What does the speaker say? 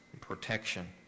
Protection